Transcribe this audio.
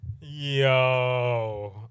Yo